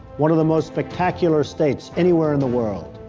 one of the most spectacular estates anywhere in the world.